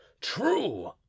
true